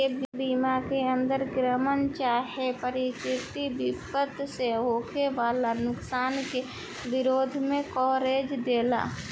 ए बीमा के अंदर कृत्रिम चाहे प्राकृतिक विपद से होखे वाला नुकसान के विरोध में कवरेज देला